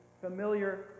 familiar